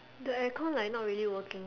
the air con like not really working sia